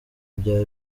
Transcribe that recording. bya